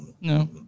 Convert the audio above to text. No